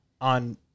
on